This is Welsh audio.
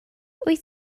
wyt